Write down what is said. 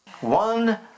One